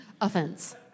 Offense